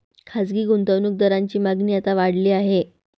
खासगी गुंतवणूक दारांची मागणी आता वाढली आहे